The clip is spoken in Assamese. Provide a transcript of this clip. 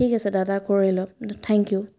ঠিক আছে দাদা কৰিলোঁ থেংক ইউ